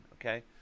okay